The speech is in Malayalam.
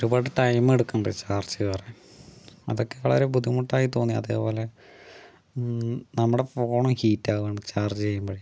ഒരുപാട് ടൈമെടുക്കുണുണ്ട് ചാർജ് കേറാൻ അതക്കെ വളരെ ബുദ്ധിമുട്ടായി തോന്നി അതേപോലെ നമ്മടെ ഫോണ് ഹീറ്റാക്കുവാണ് ചാർജ് ചെയ്യുമ്പഴേ